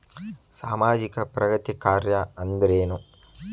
ಸಾಮಾಜಿಕ ಪ್ರಗತಿ ಕಾರ್ಯಾ ಅಂದ್ರೇನು?